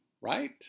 right